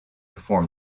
performed